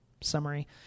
summary –